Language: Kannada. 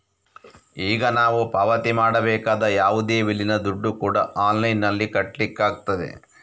ಈಗ ನಾವು ಪಾವತಿ ಮಾಡಬೇಕಾದ ಯಾವುದೇ ಬಿಲ್ಲಿನ ದುಡ್ಡು ಕೂಡಾ ಆನ್ಲೈನಿನಲ್ಲಿ ಕಟ್ಲಿಕ್ಕಾಗ್ತದೆ